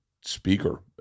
speaker